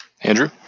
Andrew